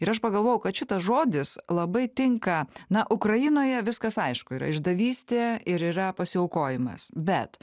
ir aš pagalvojau kad šitas žodis labai tinka na ukrainoje viskas aišku yra išdavystė ir yra pasiaukojimas bet